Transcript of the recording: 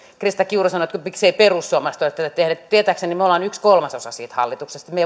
krista kiuru sanoi että mikseivät perussuomalaiset ole tätä tehneet tietääkseni me olemme yksi kolmasosa hallituksesta että me